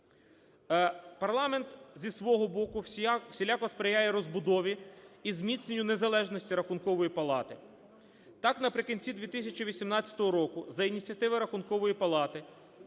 Парламент, зі свого боку, всіляко сприяє розбудові і зміцнює незалежність Рахункової палати. Так, наприкінці 2018 року за ініціативи Рахункової палати